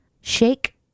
shake